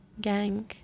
Gang